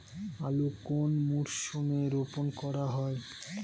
আলু কোন মরশুমে রোপণ করা হয়?